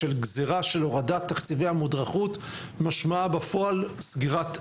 שגזירה של הורדת תקציבי המודרכות משמעה בפועל סגירת הפנימיות,